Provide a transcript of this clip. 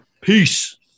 Peace